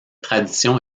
tradition